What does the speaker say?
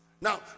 now